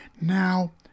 Now